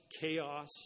chaos